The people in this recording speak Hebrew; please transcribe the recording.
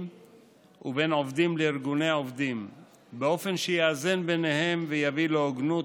ובין עובדים לארגוני עובדים באופן שיאזן ביניהם ויביא להוגנות,